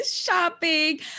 shopping